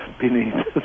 beneath